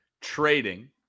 trading